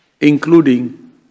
including